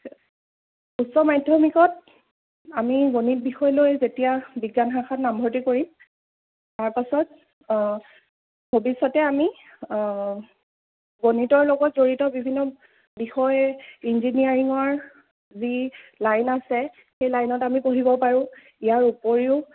উচ্চ মাধ্যমিকত আমি গণিত বিষয় লৈ যেতিয়া বিজ্ঞান শাখাত নামভৰ্তি কৰিম তাৰ পাছত ভৱিষ্যতে আমি গণিতৰ লগত জড়িত বিভিন্ন বিষয় ইঞ্জিনিয়াৰিঙৰ যি লাইন আছে সেই লাইনত আমি পঢ়িব পাৰোঁ ইয়াৰ উপৰিও